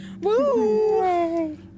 Woo